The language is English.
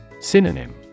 Synonym